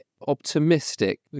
optimistic